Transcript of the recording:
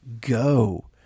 go